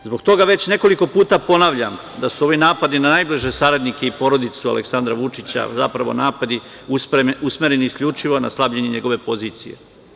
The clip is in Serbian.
Zbog toga već nekoliko puta ponavljam da su ovi napadi na najbliže saradnike i porodicu Aleksandra Vučića zapravo napadi usmereni isključivo na slabljenje njegove porodice.